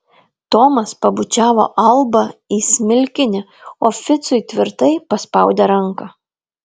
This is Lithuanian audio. tomas pabučiavo albą į smilkinį o ficui tvirtai paspaudė ranką